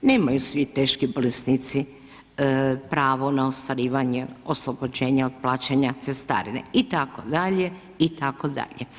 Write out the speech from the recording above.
Nemaju svi teški bolesnici pravo na ostvarivanje oslobođenja od plaćanja cestarine itd., itd.